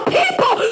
people